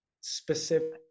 specific